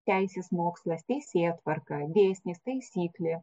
teisės mokslas teisėtvarka dėsnis taisyklė